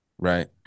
Right